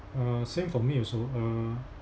uh same for me also uh